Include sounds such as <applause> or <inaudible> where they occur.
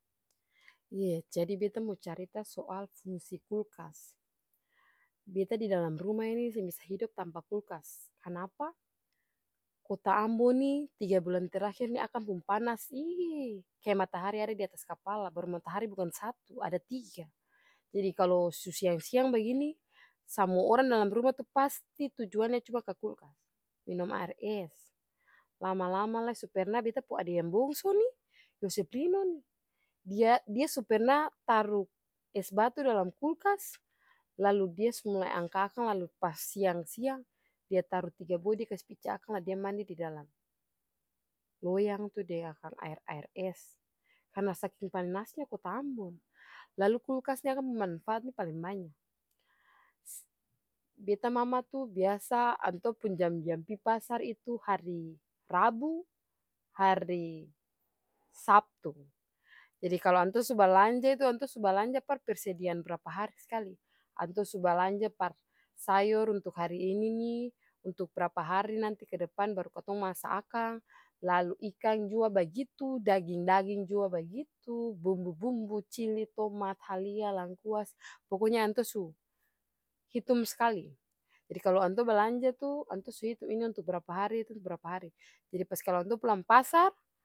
Yah jadi beta mo carita soal fungsi kulkas, beta didalam rumah ini seng bisa hidup tanpa kulkas, kanapa?, kota ambon nih tiga bulan terakhir akang pung panas <hesitation> kaya matahari ada diatas kapala, baru matahari bukan satu ada tiga. Jadi kalu su siang-siang bagini samua orang dalam rumah pasti tujuannya hanya ka kulkas, minom aer es, lama-lama lai su perna beta pung ade yang bongso nih yosepino nih, dia-dia su perna taru es batu dalam kulkas, lalu dia sumulai angka akang lalu pas siang-siang dia taru tiga buah dia kasi pica akang dia mandi didalam loyang tuh deng akang aer-aer es karna saking panasnya kota ambon. Lalu kulkas nih akang pung manfaat paleng banya, beta mama tuh biasa antua pung jam-jam pi pasar itu hari rabu, hari sabtu, jadi kalu antua su balanja itu antua su balanja par persediaan barapa hari skali, antua su balanja par sayor untuk hari ini nih, untuk brapa hari nanti kedepan baru katong masa akang, lalu ikang jua bagitu, daging-daging jua bagitu, bumbu-bumbu cili, tomat, halia, langkuas, pokonya antua su hitum skali, jadi kalu antua balanja tuh antua su hitung ini untuk brapa hari brapa hari, jadi pas kalu antua pulang pasar.